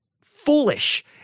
foolish